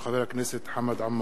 הצעתו של חבר הכנסת חמד עמאר.